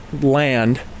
land